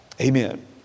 Amen